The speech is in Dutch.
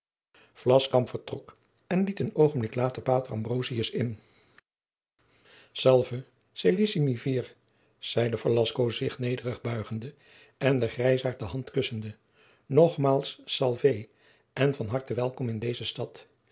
vertrok en liet een oogenblik later pater ambrosius in salve celsissime vir zeide velasco zich nederig buigende en den grijzaart de hand kussende nogmaals salve en van harte welkom in deze stad